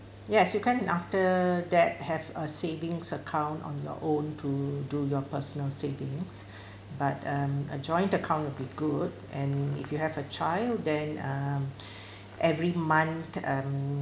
yes you can after that have a savings account on your own to do your personal savings but um a joint account will be good and if you have a child then um every month um